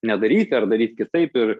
nedaryti ar daryt kitaip ir